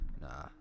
Nah